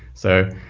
so,